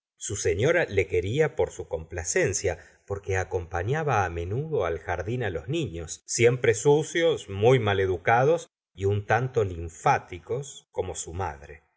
su señora le quería por su complacencia porque acompañaba á menudo al jardín los niños siempre sucios muy mal educados y un tanto linfáticos como su madre